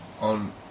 on